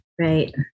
right